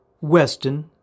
Weston